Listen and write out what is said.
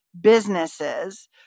businesses